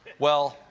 well,